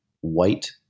white